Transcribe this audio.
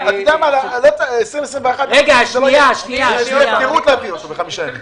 את תקציב 2021 תהיה הפקרות להעביר בחמישה ימים.